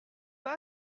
pas